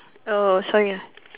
oh so ya